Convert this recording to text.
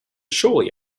surely